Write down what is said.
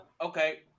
Okay